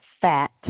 fat